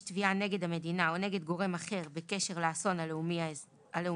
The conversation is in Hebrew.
תביעה נגד המדינה או נגד גורם אחר בקשר לאסון הלאומי האזרחי.